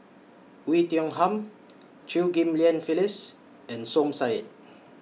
Oei Tiong Ham Chew Ghim Lian Phyllis and Som Said